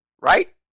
right